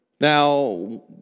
Now